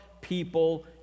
people